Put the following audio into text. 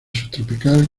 subtropical